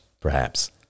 perhaps